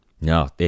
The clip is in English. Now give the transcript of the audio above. No